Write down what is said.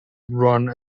run